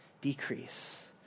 decrease